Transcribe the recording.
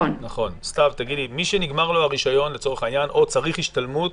מי שנגמר לו הרישיון לצורך העניין או צריך השתלמות